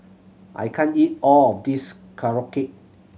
I can't eat all of this Korokke